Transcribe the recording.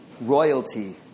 Royalty